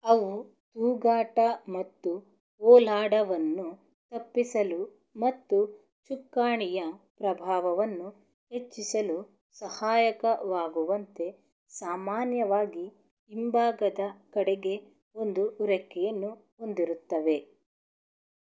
ಅವು ತೂಗಾಟ ಮತ್ತು ಓಲಾಟವನ್ನು ತಪ್ಪಿಸಲು ಮತ್ತು ಚುಕ್ಕಾಣಿಯ ಪ್ರಭಾವವನ್ನು ಹೆಚ್ಚಿಸಲು ಸಹಾಯಕವಾಗುವಂತೆ ಸಾಮಾನ್ಯವಾಗಿ ಹಿಂಭಾಗದ ಕಡೆಗೆ ಒಂದು ರೆಕ್ಕೆಯನ್ನು ಹೊಂದಿರುತ್ತವೆ